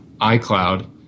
iCloud